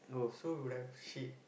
so would have she